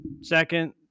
second